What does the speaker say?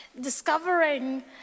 discovering